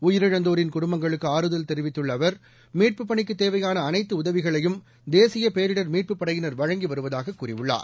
உயிரிழ்ந்தோரின் குடும்பங்களுக்கு ஆறுதல் தெரிவித்துள்ள அவர்க அமீட்ப்ப்ப்பு பணிக்கு தேவையான அனைத்து உதவிகளையா மட் தேசி ய பேரிடிர் பார்மீட்ப்ப்ப்படையின்ர் பாவழங்கி வருவதாக கூறிய பள்ளார்